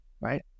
right